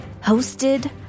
hosted